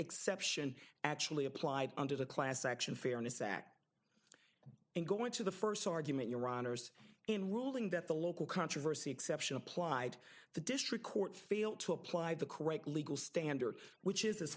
exception actually applied under the class action fairness act and going to the first argument your honour's in ruling that the local controversy exception applied the district court failed to apply the correct legal standard which is